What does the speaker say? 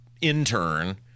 intern